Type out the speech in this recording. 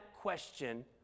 question